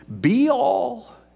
be-all